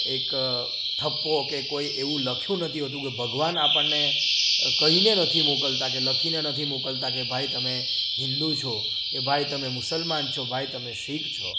એક થપ્પો કે કોઈ એવું લખ્યું નથી હોતું કે ભગવાન આપણને કહીને નથી મોકલતા કે લખીને નથી મોકલતા કે ભાઈ તમે હિન્દુ છો કે ભાઈ તમે મુસલમાન છો ભાઈ તમે શીખ છો